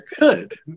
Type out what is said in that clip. good